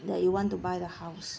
that you want to buy the house